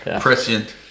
prescient